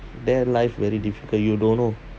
there life very difficult you don't know